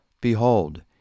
Behold